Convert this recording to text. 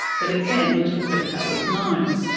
but again, little detail is known.